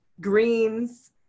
greens